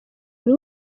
buri